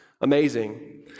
amazing